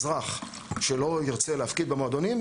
אזרח שלא ירצה להפקיד במועדונים,